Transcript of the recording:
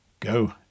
Go